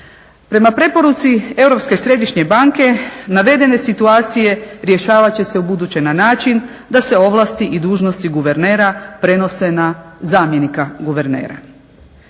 Prema preporuci Europske središnje banke navedene situacije rješavat će se ubuduće na način da se ovlasti i dužnosti guvernera prenose na zamjenika guvernera.